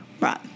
Right